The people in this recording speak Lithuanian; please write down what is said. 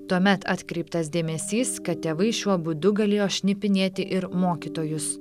tuomet atkreiptas dėmesys kad tėvai šiuo būdu galėjo šnipinėti ir mokytojus